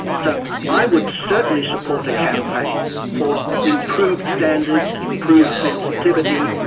so i would certainly support a campaign for improved standards, improved sensitivity,